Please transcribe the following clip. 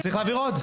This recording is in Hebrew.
אז צריך להעביר עוד.